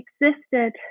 existed